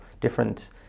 different